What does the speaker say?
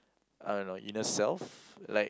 I don't know inner self like